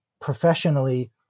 professionally